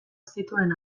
zituen